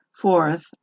Fourth